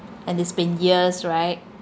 and it's been years right